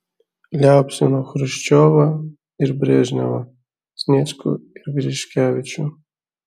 liaupsino chruščiovą ir brežnevą sniečkų ir griškevičių